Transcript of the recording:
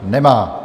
Nemá.